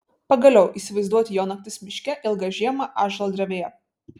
pagaliau įsivaizduoti jo naktis miške ilgą žiemą ąžuolo drevėje